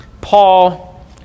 paul